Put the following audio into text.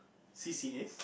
C_C_As